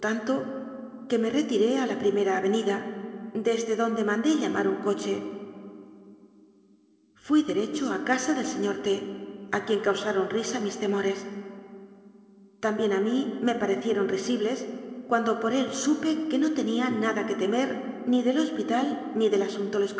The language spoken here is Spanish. que me retiré a la primera ave nida desde donde mandé llamar un coche fui de recho a casa del señor t a quien causaron risa mis temores también a mí me parecieron risibles cuando por él supe que no tenía nada que temer ni del hospital ni del